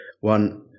one